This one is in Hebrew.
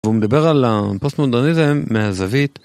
והוא מדבר על הפוסט-מודרניזם מהזווית.